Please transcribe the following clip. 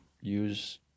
use